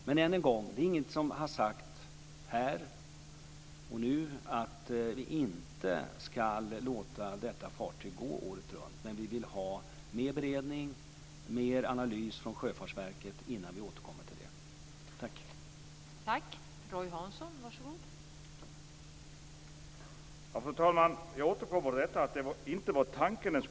Men än en gång: Det är ingen som har sagt att vi inte skall låta detta fartyg gå året runt, men vi vill ha mer beredning och analys från Sjöfartsverket innan vi återkommer till den frågan.